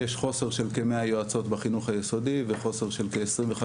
יש חוסר של כ-100 יועצות בחינוך היסודי וחוסר של כ-25